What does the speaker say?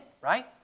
right